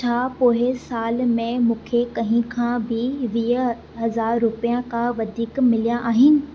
छा पोएं साल में मूंखे कहिं खा बि वीह हज़ार रुपियनि खां वधीक मिलिया आहिनि